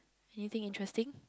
anything interesting